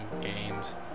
Games